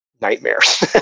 nightmares